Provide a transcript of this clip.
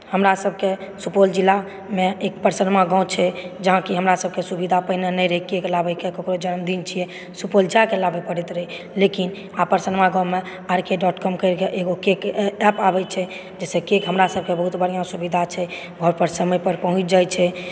हमरा सभके सुपौल जिलामे एक परसरमा गाव छै जहाँ कि हमरा सभके सुबिधा पहिले नहि रहै केक लाबै के ककरो जन्मदिन छियै सुपौल जा कऽ लाबऽ पड़ैत रहै लेकिन आब परसरमा गाव मे आर के डोट कोम करिक एगो केक ए एप आबै छै जाहिसँ केक हमरा सभके बहुत सुबिधा छै घर पर समय पर पहुँच जाइ छै